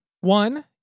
One